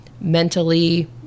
mentally